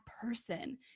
person